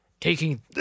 Taking